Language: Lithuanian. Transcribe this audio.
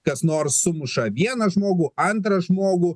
kas nors sumuša vieną žmogų antrą žmogų